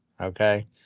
okay